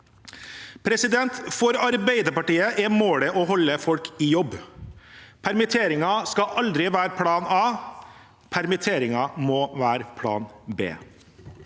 For Arbeiderpartiet er målet å holde folk i jobb. Permitteringer skal aldri være plan a, permitteringer må være plan b.